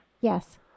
Yes